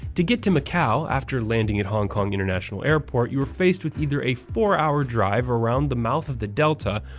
to get to macau after landing at hong kong international airport, you are faced with either a four hour drive around the mouth of the delta,